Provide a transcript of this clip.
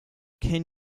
can